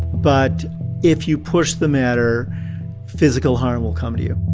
but if you push the matter physical harm will come to you